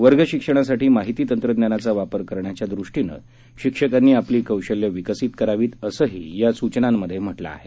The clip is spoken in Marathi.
वर्ग शिक्षणासाठी माहितीतंत्रज्ञानाचा वापर करण्याच्यादृष्टीनं शिक्षकांनी आपली कौशल्य विकसित करावित असंही या मार्गदर्शक सुचनांमधे म्हटलं आहे